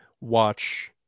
watch